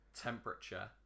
Temperature